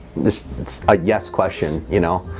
just a guess question you know